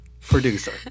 producer